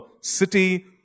city